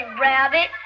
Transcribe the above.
rabbit